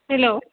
hello